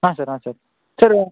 ಹಾಂ ಸರ್ ಹಾಂ sir sir